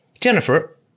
Jennifer